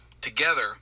together